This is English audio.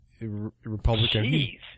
Republican